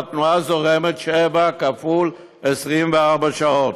והתנועה זורמת 7 כפול 24 שעות.